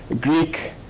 Greek